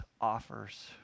offers